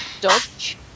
Dodge